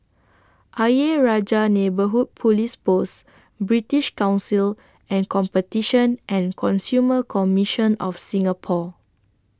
Ayer Rajah Neighbourhood Police Post British Council and Competition and Consumer Commission of Singapore